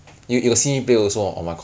singapore 就是